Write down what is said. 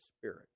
spirit